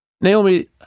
Naomi